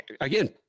again